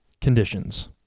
conditions